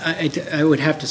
it would have to